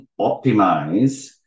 optimize